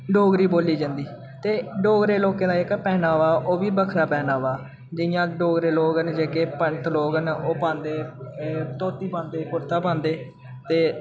डोगरी बोलो जन्दी ते डोगरे लोकें दा जेह्का पैहनावा ओह् बी बक्खरा पैहनावा जियां डोगरे लोक न जेह्के पंत लोग न ओह् पांदे धोती पांदे कुर्ता पांदे ते